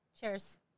Cheers